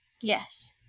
Yes